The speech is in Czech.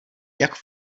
jak